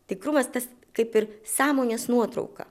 tikrumas tas kaip ir sąmonės nuotrauka